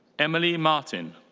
emily martin.